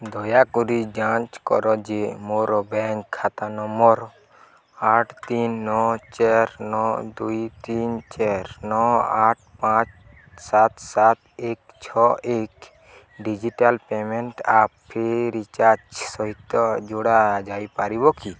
ଦୟାକରି ଯାଞ୍ଚ କର ଯେ ମୋର ବ୍ୟାଙ୍କ୍ ଖାତା ନମ୍ବର୍ ଆଠ ତିନି ନଅ ଚାରି ନଅ ଦୁଇ ତିନି ଚାରି ନଅ ଆଠ ପାଞ୍ଚ ସାତ ସାତ ଏକ ଛଅ ଏକ digital payment app free recharge ସହିତ ଯୋଡ଼ା ଯାଇପାରିବ କି